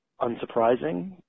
unsurprising